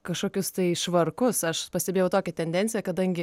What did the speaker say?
kažkokius tai švarkus aš pastebėjau tokią tendenciją kadangi